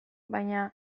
baina